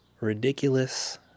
ridiculous